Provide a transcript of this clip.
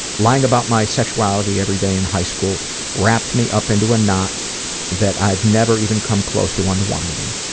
lying about my sexuality everyday in high school wrapped me up into a knot that i've never even come close to unwinding.